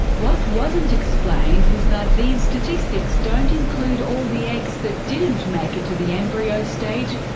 what wasn't explained was that these statistics don't include all the eggs that didn't make it to the embryo stage,